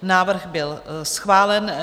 Návrh byl schválen.